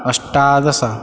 अष्टादश